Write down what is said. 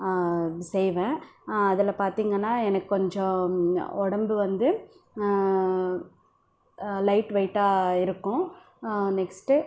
செய்வேன் அதில் பார்த்தீங்கன்னா எனக்கு கொஞ்சம் உடம்பு வந்து லைட் வெயிட்டாக இருக்கும் நெக்ஸ்ட்